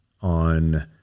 on